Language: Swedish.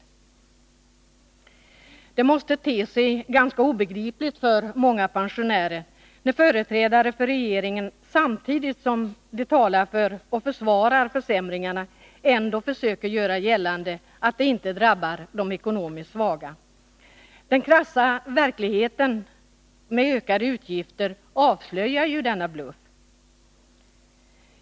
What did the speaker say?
Det måste te sig obegripligt för många pensionärer när företrädare för regeringen samtidigt som de talar för och försvarar försämringarna ändå försöker göra gällande att de inte drabbar de ekonomiskt svaga. Den krassa verkligheten med ökade utgifter avslöjar denna bluff.